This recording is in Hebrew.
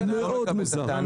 מאוד מוזר.